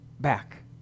back